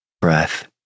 breath